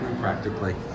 practically